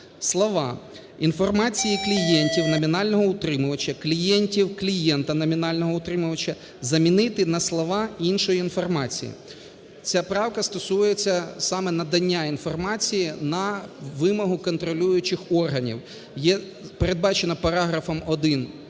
слова "інформації клієнтів номінального утримувача, клієнтів клієнта номінального утримувача" замінити на слова "іншої інформації". Ця правка стосується саме надання інформації на вимогу контролюючих органів. Передбачено параграфом 1